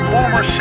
Former